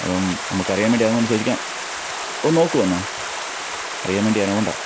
അപ്പം നമുക്കറിയാന് വേണ്ടി അതൊന്ന് അങ്ങോട്ട് ചോദിക്കാം ഒന്ന് നോക്കുമോ എന്നാൽ അറിയാന് വേണ്ടി ആയിരുന്നതുകൊണ്ടാണ്